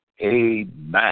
amen